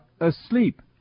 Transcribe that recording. asleep